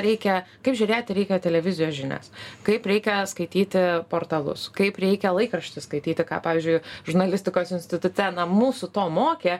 reikia kaip žiūrėti reikia televizijos žinias kaip reikia skaityti portalus kaip reikia laikraštį skaityti ką pavyzdžiui žurnalistikos institute mūsų to mokė